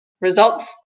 results